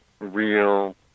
real